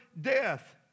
death